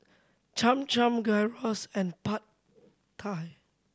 Cham Cham Gyros and Pad Thai